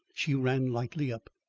she ran lightly up.